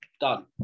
done